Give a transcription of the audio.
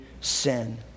sin